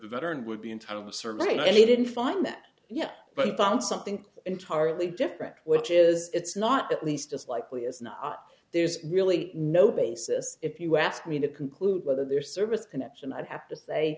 veteran would be in town the survey not only didn't find that yet but on something entirely different which is it's not at least as likely as not there's really no basis if you ask me to conclude whether their service connection i'd have to say